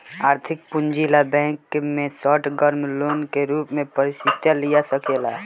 आर्थिक पूंजी ला बैंक से शॉर्ट टर्म लोन के रूप में पयिसा लिया सकेला